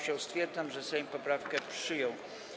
Stwierdzam, że Sejm poprawkę przyjął.